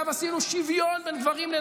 מה עם 6 מיליון לחדר